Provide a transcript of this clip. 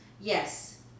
Yes